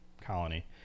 colony